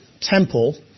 temple